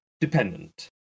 dependent